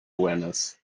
awareness